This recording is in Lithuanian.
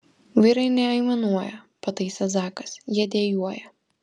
vyrai neaimanuoja pataisė zakas jie dejuoja